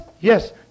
Yes